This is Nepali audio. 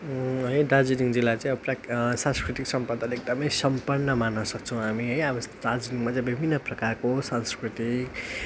है दार्जिलिङ जिल्ला चाहिँ अब प्राक सांस्कृतिक सम्पदाले सम्पन्न मान्न सक्छौँ हामी अब दार्जिलिङमा चाहिँ विभिन्न प्रकारको सांस्कृतिक